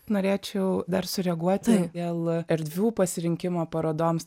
norėčiau dar sureaguoti dėl erdvių pasirinkimo parodoms